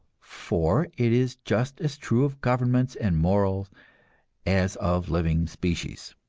for it is just as true of governments and morals as of living species.